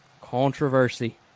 controversy